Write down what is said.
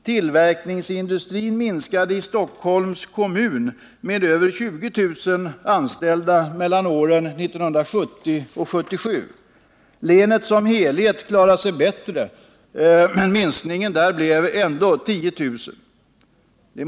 Tillverkningsindustrin minskade i Stockholms kommun med över 20 000 anställda mellan år 1970 och år 1977. Länet som helhet har klarat sig bättre, men minskningen där blev ändå 10 000.